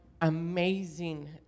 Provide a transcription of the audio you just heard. amazing